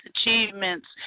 achievements